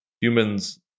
humans